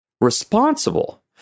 responsible